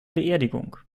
beerdigung